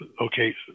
okay